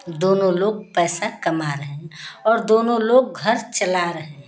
दोनों लोग पैसा कमा रहे हैं और दोनों लोग घर चला रहे हैं